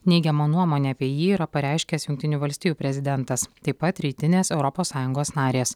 neigiamą nuomonę apie jį yra pareiškęs jungtinių valstijų prezidentas taip pat rytinės europos sąjungos narės